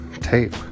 tape